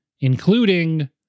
including